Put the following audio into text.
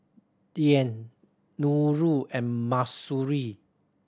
Dian Nurul and Mahsuri